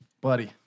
buddy